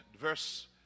verse